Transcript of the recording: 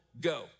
go